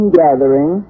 gathering